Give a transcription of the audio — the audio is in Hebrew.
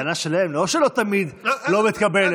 לא,